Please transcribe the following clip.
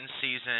season